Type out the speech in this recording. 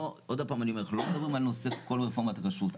לא מדברים על כל רפורמת הכשרות,